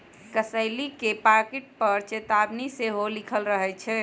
कसेली के पाकिट पर चेतावनी सेहो लिखल रहइ छै